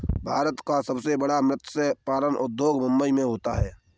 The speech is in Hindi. भारत का सबसे बड़ा मत्स्य पालन उद्योग मुंबई मैं होता है